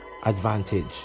advantage